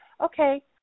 okay